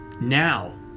now